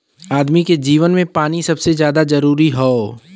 आदमी के जीवन मे पानी सबसे जरूरी हौ